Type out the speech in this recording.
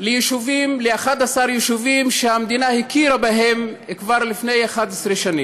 ל-11 יישובים שהמדינה הכירה בהם כבר לפני 11 שנים,